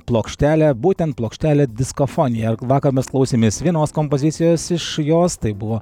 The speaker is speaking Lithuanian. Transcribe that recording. plokštelę būtent plokštelę diskofonija vakar mes klausėmės vienos kompozicijos iš jos tai buvo